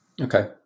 okay